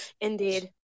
Indeed